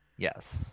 Yes